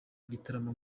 igitaramo